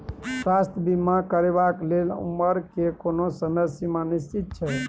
स्वास्थ्य बीमा करेवाक के लेल उमर के कोनो समय सीमा निश्चित छै?